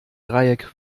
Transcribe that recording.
dreieck